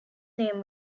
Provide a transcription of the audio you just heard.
name